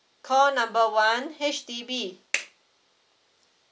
call number one H_D_B